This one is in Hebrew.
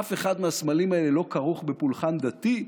אף אחד מהסמלים האלה לא כרוך בפולחן דתי,